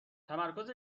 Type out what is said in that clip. تمرکز